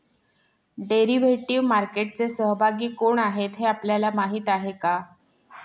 Derivative मार्केटचे सहभागी कोण आहेत हे आपल्याला माहित आहे का?